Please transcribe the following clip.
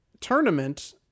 tournament